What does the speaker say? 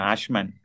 Ashman